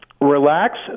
relax